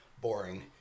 Boring